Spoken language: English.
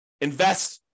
invest